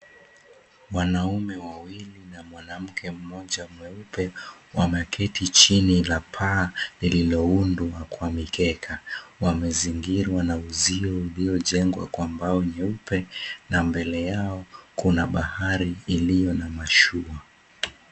Wanaume wawili na mwanamke mmoja mweupe wameketi chini la paa lililoundwa kwa mikeka. Wamezingirwa na uzio uliojengwa kwa mbao nyeupe na mbele yao kuna bahari iliyo na mashua.